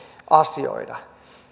asioida